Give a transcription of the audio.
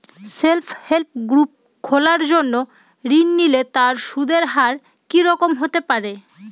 Self help group খোলার জন্য ঋণ নিলে তার সুদের হার কি রকম হতে পারে?